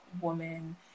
woman